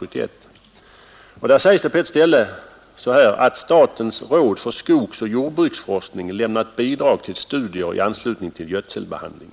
I detta framhälles bl.a. att statens råd för skogsoch jordbruksforskning lämnat bidrag till studier i anslutning till gödselbehandling.